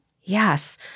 Yes